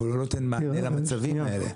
אבל הוא לא נותן מענה למצבים האלה.